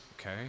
okay